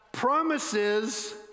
promises